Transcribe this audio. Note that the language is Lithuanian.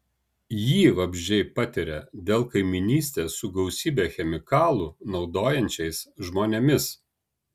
jį vabzdžiai patiria dėl kaimynystės su gausybę chemikalų naudojančiais žmonėmis